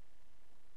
א.